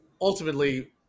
ultimately